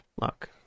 Look